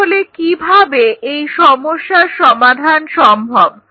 তাহলে কিভাবে এ সমস্যার সমাধান সম্ভব